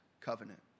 covenant